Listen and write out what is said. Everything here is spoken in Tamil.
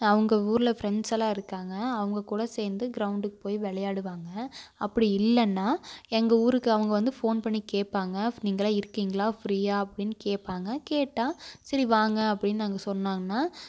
அவங்க ஊரில் ஃப்ரெண்ட்ஸெல்லாம் இருக்காங்க அவங்ககூட சேர்ந்து கிரவுண்டுக்கு போய் விளையாடுவாங்க அப்படி இல்லைன்னா எங்கள் ஊருக்கு அவங்க வந்து ஃபோன் பண்ணி கேட்பாங்க நீங்கெல்லாம் இருக்கீங்களா ஃப்ரீயாக அப்படின்னு கேட்பாங்க கேட்டால் சரி வாங்க அப்படின்னு நாங்கள் சொன்னாங்கனா